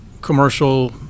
commercial